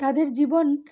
তাদের জীবন